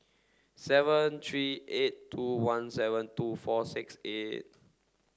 seven three eight two one seven two four six eight